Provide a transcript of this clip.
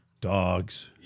dogs